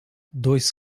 dois